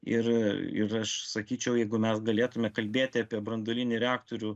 ir ir aš sakyčiau jeigu mes galėtume kalbėti apie branduolinį reaktorių